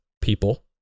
people